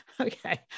Okay